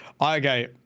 Okay